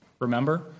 Remember